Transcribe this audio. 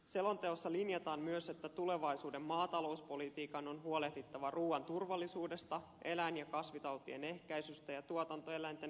selonteossa linjataan myös että tulevaisuuden maatalouspolitiikan on huolehdittava ruuan turvallisuudesta eläin ja kasvitautien ehkäisystä ja tuotantoeläinten hyvinvoinnista